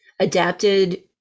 adapted